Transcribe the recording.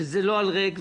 זה לא על ריק.